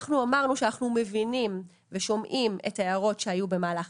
אנחנו אמרנו שאנחנו מבינים ושומעים את ההערות שהיו במהלך